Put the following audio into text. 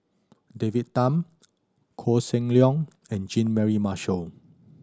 David Tham Koh Seng Leong and Jean Mary Marshall